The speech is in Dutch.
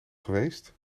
geweest